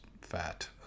fat